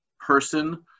person